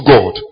God